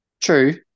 true